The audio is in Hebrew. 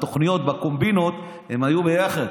בתוכניות, בקומבינות, הם היו ביחד.